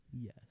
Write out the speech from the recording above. Yes